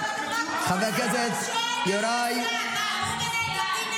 חבר הכנסת יוראי ----- מה צ'ייני עשה?